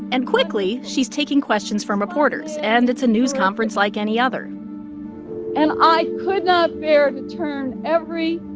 and quickly, she's taking questions from reporters. and it's a news conference like any other and i could not bear to turn every.